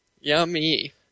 Yummy